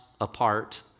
apart